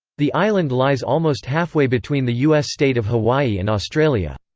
the island lies almost halfway between the u s. state of hawaii and australia.